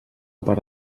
per